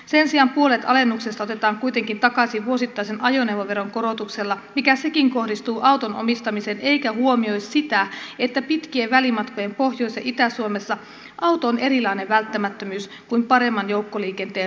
sen sijaan puolet alennuksesta otetaan kuitenkin takaisin vuosittaisen ajoneuvoveron korotuksella mikä sekin kohdistuu auton omistamiseen eikä huomioi sitä että pitkien välimatkojen pohjois ja itä suomessa auto on erilainen välttämättömyys kuin paremman joukkoliikenteen ruuhka suomessa